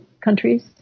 countries